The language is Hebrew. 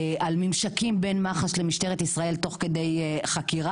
על ממשקים בין מח"ש למשטרת ישראל תוך כדי חקירה.